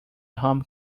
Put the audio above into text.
home